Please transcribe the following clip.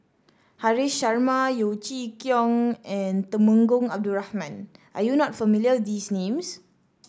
Haresh Sharma Yeo Chee Kiong and Temenggong Abdul Rahman are you not familiar these names